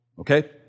Okay